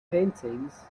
paintings